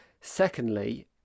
Secondly